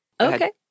Okay